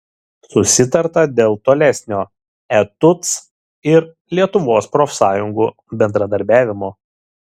susitarta dėl tolesnio etuc ir lietuvos profsąjungų bendradarbiavimo